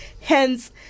Hence